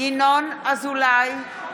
ינון אזולאי,